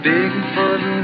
Bigfoot